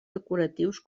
decoratius